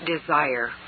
desire